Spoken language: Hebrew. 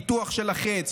פיתוח של החץ,